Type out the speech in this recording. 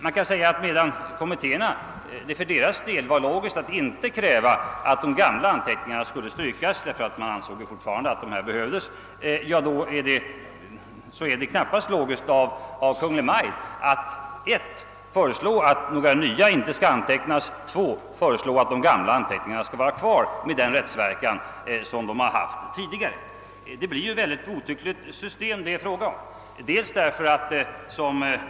Man kan säga att det för kommitténs del var logiskt att inte kräva att de gamla "anteckningarna skulle strykas, eftersom det ansågs att de behövdes. Men då är det knappast logiskt av Kungl. Maj:t att för det första föreslå att några nya inte skall antecknas och för det andra att de gamla anteckningarna skall vara kvär, med den restverkan de tidigare haft. Hela systemet blir då mycket godtyckligt.